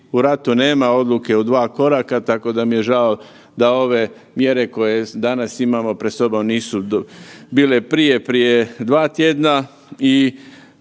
u ratu nema odluke u dva koraka tako da mi je žao da ove mjere koje danas imamo pred sobom nisu bile prije, prije 2 tjedna i